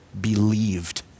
believed